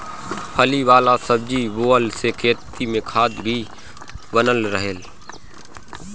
फली वाला सब्जी बोअला से खेत में खाद भी बनल रहेला